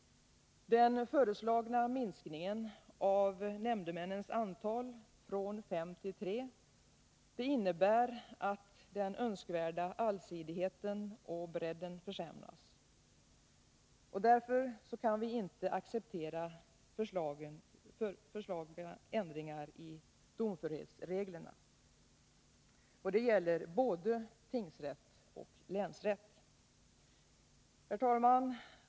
Den föreslagna minskningen av nämndemännens antal från fem till tre innebär att den önskvärda allsidigheten och bredden försämras. Därför kan vi inte acceptera föreslagen ändring i domförhetsreglerna. Det gäller både tingsrätt och länsrätt. Herr talman!